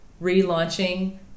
relaunching